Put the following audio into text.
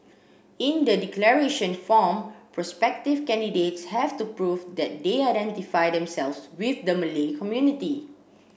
in the declaration form prospective candidates have to prove that they identify themselves with the Malay community